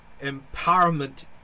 empowerment